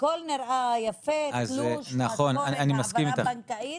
הכול נראה יפה, בתלוש, משכורת, העברה בנקאית,